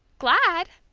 glad?